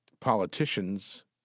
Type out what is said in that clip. politicians